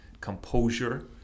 composure